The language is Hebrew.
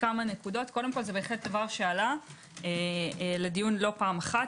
זה דבר שעלה לדיון לא פעם אחת.